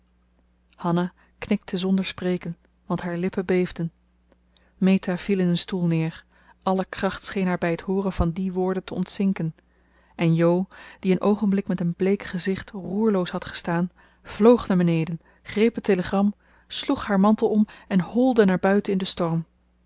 hanna knikte zonder spreken want haar lippen beefden meta viel in een stoel neer alle kracht scheen haar bij t hooren van die woorden te ontzinken en jo die een oogenblik met een bleek gezicht roerloos had gestaan vloog naar beneden greep het telegram sloeg haar mantel om en holde naar buiten in den storm